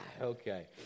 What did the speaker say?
Okay